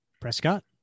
Prescott